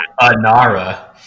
Anara